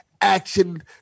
action